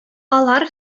алар